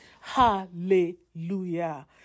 Hallelujah